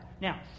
Now